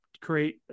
create